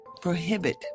prohibit